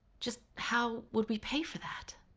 just how would we pay for that?